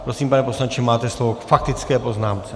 Prosím, pane poslanče, máte slovo k faktické poznámce.